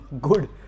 good